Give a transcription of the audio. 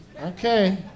Okay